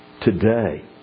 today